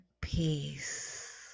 peace